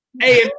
hey